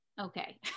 okay